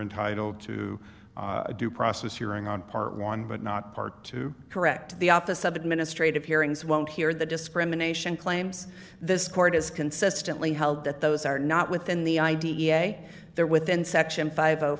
entitled to due process hearing on part one but not part to correct the office of administrative hearings won't hear the discrimination claims this court has consistently held that those are not within the i d e a they're within section five